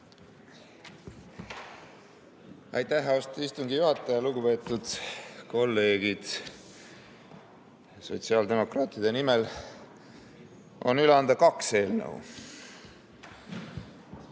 Aitäh, austatud istungi juhataja! Lugupeetud kolleegid! Sotsiaaldemokraatide nimel on üle anda kaks eelnõu.